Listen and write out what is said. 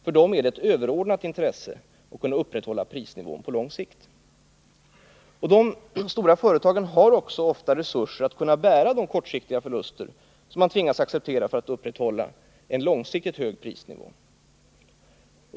För dem är det av överordnat intresse att upprätthålla prisnivån på lång sikt. De stora företagen har också ofta resurser att bära de kortsiktiga förluster som man tvingas acceptera för att upprätthålla en långsiktigt hög prisnivå.